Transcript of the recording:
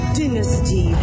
dynasty